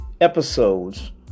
episodes